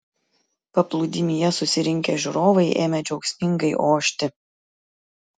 paplūdimyje susirinkę žiūrovai ėmė džiaugsmingai ošti